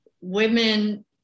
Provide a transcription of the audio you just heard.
women